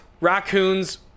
raccoons